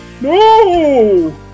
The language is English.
No